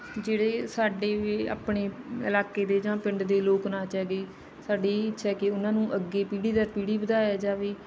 ਜਿਹੜੇ ਸਾਡੀ ਵੀ ਆਪਣੀ ਇਲਾਕੇ ਦੇ ਜਾਂ ਪਿੰਡ ਦੇ ਲੋਕ ਨਾਚ ਹੈਗੇ ਸਾਡੀ ਇਹ ਹੀ ਇੱਛਾ ਕਿ ਉਹਨਾਂ ਨੂੰ ਅੱਗੇ ਪੀੜ੍ਹੀ ਦਰ ਪੀੜ੍ਹੀ ਵਧਾਇਆ ਜਾਵੇ